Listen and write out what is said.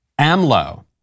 AMLO